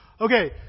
Okay